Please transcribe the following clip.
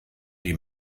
die